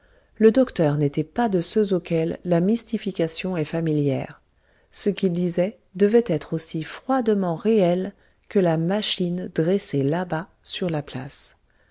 le docteur n'était pas de ceux auxquels la mystification est familière ce qu'il disait devait être aussi froidement réel que la machine dressée là-bas sur la place